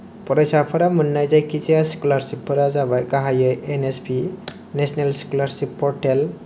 फरायसाफोरा मोननाय जायखि जाया स्कलारशिपफोरा जाबाय गाहायै N S P national scholarship portal